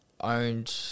owned